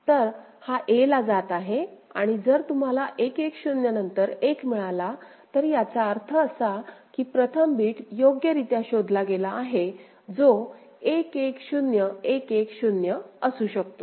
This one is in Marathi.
तर हा a ला जात आहेआणि जर तुम्हाला 1 1 0 नंतर 1 मिळाला तर याचा अर्थ असा कि प्रथम बिट योग्यरित्या शोधला गेला आहे जो 1 1 0 1 1 0 असू शकतो